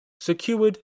secured